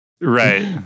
Right